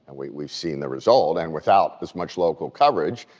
and we've seen the result and without as much local coverage,